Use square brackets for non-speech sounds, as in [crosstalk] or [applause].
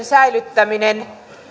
[unintelligible] säilyttäminen